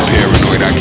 Paranoid